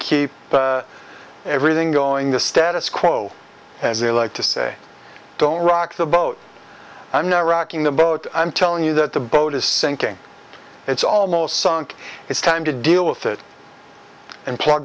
keep everything going the status quo as they like to say don't rock the boat i'm not rocking the boat i'm telling you that the boat is sinking it's almost sunk it's time to deal with it and plu